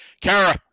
Kara